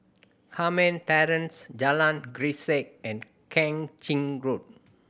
Carmen Terrace Jalan Grisek and Kang Ching Road